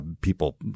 people